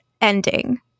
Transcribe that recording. ending